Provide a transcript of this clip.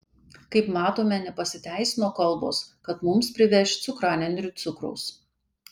kaip matome nepasiteisino kalbos kad mums priveš cukranendrių cukraus